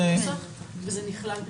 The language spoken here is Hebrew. וזה נכלל בפנים.